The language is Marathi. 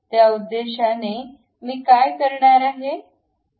त्या उद्देशाने मी काय करणार आहे